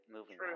Moving